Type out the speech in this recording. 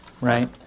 right